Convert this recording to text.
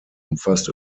umfasst